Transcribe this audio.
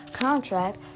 Contract